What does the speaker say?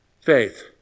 Faith